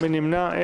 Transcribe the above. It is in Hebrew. מי נמנע?